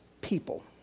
people